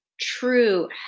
true